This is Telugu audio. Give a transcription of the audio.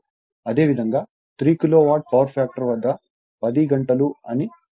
అదేవిధంగా 3 కిలోవాట్ పవర్ ఫ్యాక్టర్ వద్ద 10 గంటలు అని ఇవ్వబడినది